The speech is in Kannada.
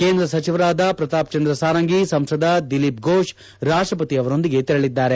ಕೇಂದ್ರ ಸಚಿವರಾದ ಶ್ರತಾಪ್ ಚಂದ್ರ ಸಾರಂಗಿ ಸಂಸದ ದಿಲೀಪ್ ಫೋಷ್ ರಾಷ್ಲಪತಿ ಅವರೊಂದಿಗೆ ತೆರಳಿದ್ದಾರೆ